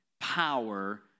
power